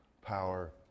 power